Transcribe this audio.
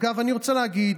אגב, אני רוצה להגיד,